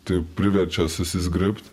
tai priverčia susizgribt